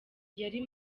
yari